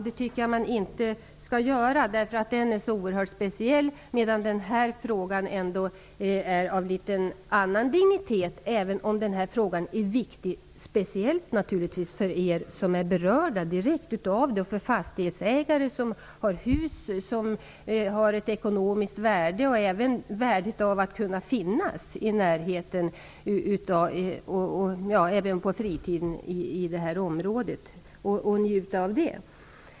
Det tycker jag inte att man skall göra, därför att den frågan är så speciell. Den här frågan är av en annan dignitet, även om den är viktig. Speciellt viktig är den för er som är direkt berörda och för fastighetsägare. Hus i det här området har ett särskilt ekonomiskt värde. Dessutom är det personligt värdefullt att kunna vistas i och njuta av detta område på fritiden.